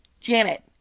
Janet